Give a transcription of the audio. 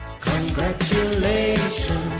congratulations